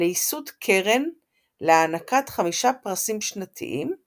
לייסוד קרן להענקת חמישה פרסים שנתיים,